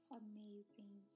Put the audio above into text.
amazing